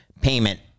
payment